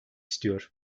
istiyor